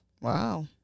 Wow